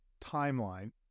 timeline